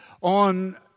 on